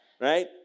Right